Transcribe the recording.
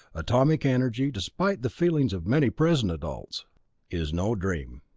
atomic energy despite the feelings of many present adults is no dream.